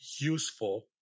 useful